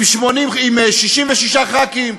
עם 66 ח"כים,